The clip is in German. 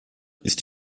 ist